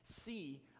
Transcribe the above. See